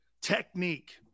Technique